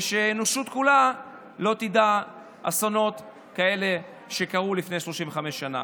ושהאנושות כולה לא תדע אסונות כמו אלה שקרו לפני 35 שנה.